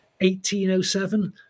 1807